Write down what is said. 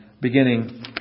beginning